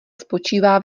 spočívá